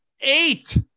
Eight